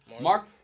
Mark